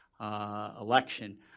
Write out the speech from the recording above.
election